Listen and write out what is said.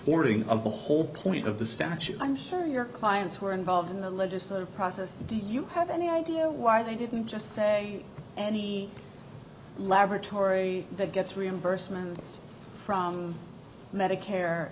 ordering of the whole point of the statute i'm sure your clients who are involved in the legislative process do you have any idea why they didn't just say laboratory that gets reimbursement from medicare